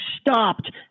stopped